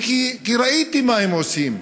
כי ראיתי מה הם עושים,